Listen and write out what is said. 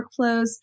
workflows